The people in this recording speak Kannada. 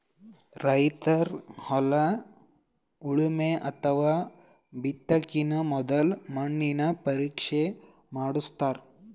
ರೈತರ್ ಹೊಲ ಉಳಮೆ ಅಥವಾ ಬಿತ್ತಕಿನ ಮೊದ್ಲ ಮಣ್ಣಿನ ಪರೀಕ್ಷೆ ಮಾಡಸ್ತಾರ್